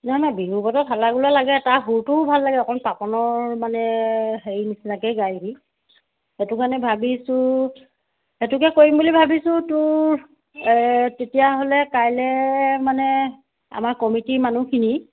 নহয় নহয় বিহু বতৰ হাল্লা গোল্লা লাগে তাৰ সুৰটোও ভাল লাগে অকণ পাপনৰ মানে হেৰি নিচিনাকৈ গায় সেইটো কাৰণে ভাবিছোঁ সেইটোকে কৰিম বুলি ভাবিছোঁ তোৰ এই তেতিয়াহ'লে কাইলৈ মানে আমাৰ কমিটিৰ মানুহখিনি